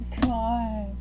God